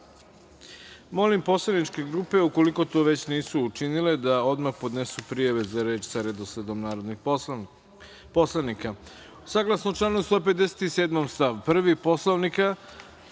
poslaničke grupe, ukoliko to već nisu učinile, da odmah podnesu prijave za reč sa redosledom narodnih poslanika. Saglasno